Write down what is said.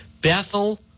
Bethel